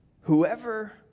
Whoever